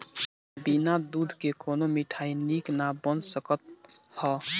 बिना दूध के कवनो मिठाई निक ना बन सकत हअ